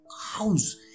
house